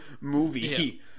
movie